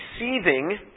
receiving